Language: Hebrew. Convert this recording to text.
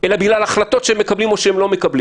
אלא בגלל החלטות שהם מקבלים או לא מקבלים.